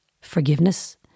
forgiveness